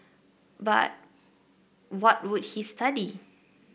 but what would he study